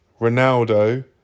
Ronaldo